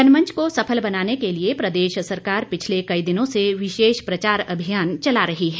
जनमंच को सफल बनाने के लिए प्रदेश सरकार पिछले कई दिनों से विशेष प्रचार अभियान चला रही है